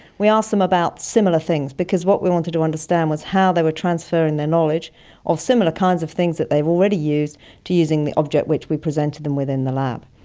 we asked them about similar things because what we wanted to understand was how they were transferring their knowledge of similar kinds of things that they've already used to using the object which we presented them with in the lab.